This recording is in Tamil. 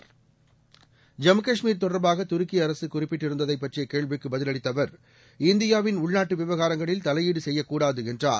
ஐம்முகாஷ்மீர் தொடர்பாகதுருக்கிஅரசுகுறிப்பிட்டிருப்பதைப் பற்றியகேள்விக்குப் பதிலளித்தஅவர் இந்தியாவின் உள்நாட்டுவிவகாரங்களில் தலையீடுசெய்யக்கூடாதுஎன்றார்